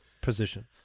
position